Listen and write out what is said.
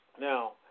Now